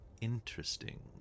interesting